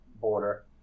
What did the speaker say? border